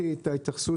אבל אין רכבת.